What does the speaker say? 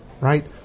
right